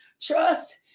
trust